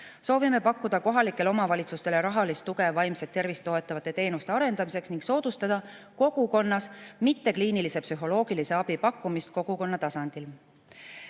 Soovime pakkuda kohalikele omavalitsustele rahalist tuge vaimset tervist toetavate teenuste arendamiseks ning soodustada kogukonnas mittekliinilise psühholoogilise abi andmist kogukonna tasandil.